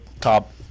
top